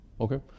okay